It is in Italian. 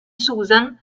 susan